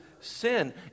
sin